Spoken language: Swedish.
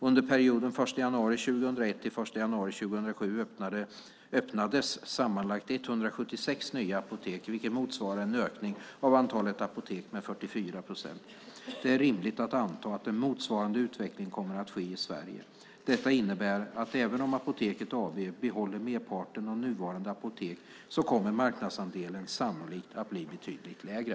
Under perioden 1 januari 2001-1 januari 2007 öppnades sammanlagt 176 nya apotek, vilket motsvarar en ökning av antalet apotek med 44 procent. Det är rimligt att anta att en motsvarande utveckling kommer att ske i Sverige. Detta innebär att även om Apoteket AB behåller merparten av nuvarande apotek så kommer marknadsandelen sannolikt att bli betydligt lägre.